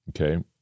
okay